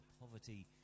poverty